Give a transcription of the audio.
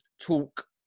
talk